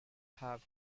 have